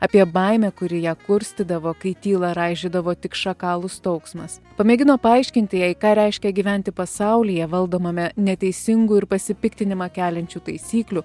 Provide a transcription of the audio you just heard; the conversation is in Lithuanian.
apie baimę kuri ją kurstydavo kai tylą raižydavo tik šakalų staugsmas pamėgino paaiškinti jai ką reiškia gyventi pasaulyje valdomame neteisingų ir pasipiktinimą keliančių taisyklių